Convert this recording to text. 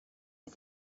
een